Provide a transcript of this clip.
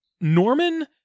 Norman